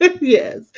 Yes